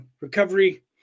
recovery